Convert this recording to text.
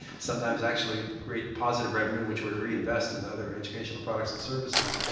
sometimes actually create positive revenue which we reinvest in other educational products and services,